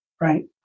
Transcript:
right